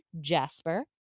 jasper